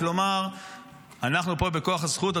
כלומר אנחנו פה בכוח הזכות,